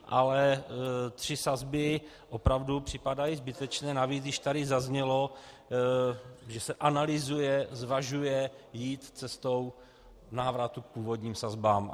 Ale tři sazby opravdu připadají zbytečné, navíc když tady zaznělo, že se analyzuje, zvažuje jít cestou návratu k původním sazbám.